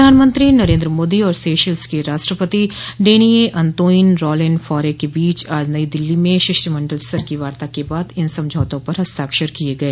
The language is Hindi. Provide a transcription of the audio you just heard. प्रधानमंत्री नरेन्द्र मोदी और सेशल्स के राष्ट्रपति डेनिए अन्तोइन रॉलेन फौरे के बीच आज नई दिल्ली में शिष्टमंडल स्तर की वार्ता के बाद इन समझौतों पर हस्ताक्षर किए गए